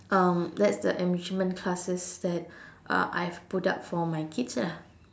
um that's the enrichment classes that uh I've put up for my kids lah